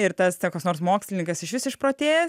ir tas koks nors mokslininkas išvis išprotėjęs